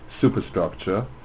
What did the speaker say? superstructure